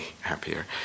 happier